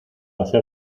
hacer